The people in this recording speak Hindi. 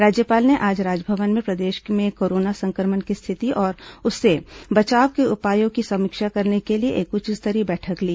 राज्यपाल ने आज राजभवन में प्रदेश में कोरोना संक्रमण की रिथिति और उससे बचाव के उपायों की समीक्षा करने के लिए एक उच्च स्तरीय बैठक ली